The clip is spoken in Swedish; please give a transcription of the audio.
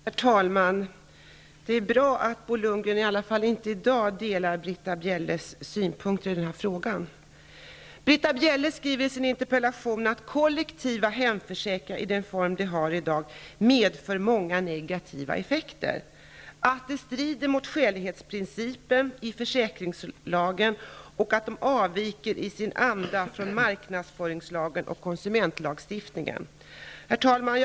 Herr talman: Det är bra att Bo Lundgren i alla fall inte i dag delar Britta Bjelles synpunkter i den här frågan. Britta Bjelle skriver i sin interpellation att kollektiva hemförsäkringar, i den form de har i dag, medför många negativa effekter, att de strider mot skälighetsprincipen i försäkringslagen och att de avviker i sin anda från marknadsföringslagen och konsumentlagstiftningen. Herr talman!